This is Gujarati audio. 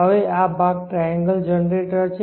હવે આ ભાગ ટ્રાયેન્ગલ જનરેટર છે